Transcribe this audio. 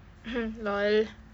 hmm lol